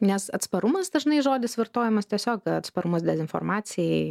nes atsparumas dažnai žodis vartojamas tiesiog atsparumas dezinformacijai